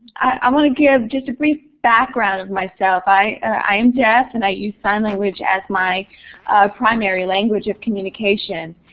i want to give just a brief background of myself. i i am deaf and i use sign language as my primary language of communication.